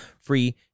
free